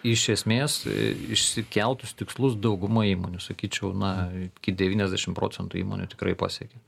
iš esmės išsikeltus tikslus dauguma įmonių sakyčiau na iki devyniasdešimt procentų įmonių tikrai pasiekia